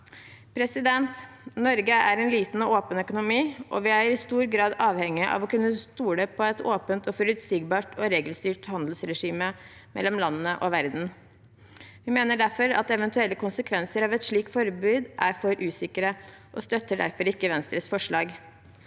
reguleringen. Norge er en liten og åpen økonomi, og vi er i stor grad avhengige av å kunne stole på et åpent, forutsigbart og regelstyrt handelsregime mellom landene i verden. Vi mener derfor at eventuelle konsekvenser av et slikt forbud er for usikre, og støtter derfor ikke Venstres forslag.